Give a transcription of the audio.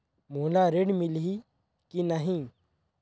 मोला ऋण मिलही की नहीं?